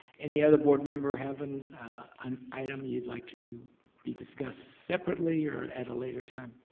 any other board member have and an item you'd like to be discussed separately or at a later time?